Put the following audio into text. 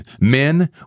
Men